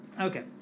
Okay